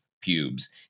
pubes